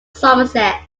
somerset